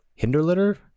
hinderlitter